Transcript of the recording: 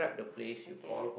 okay